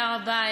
תודה רבה,